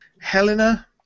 Helena